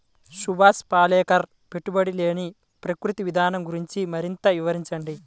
సుభాష్ పాలేకర్ పెట్టుబడి లేని ప్రకృతి విధానం గురించి మరింత వివరించండి